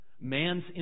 man's